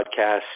podcast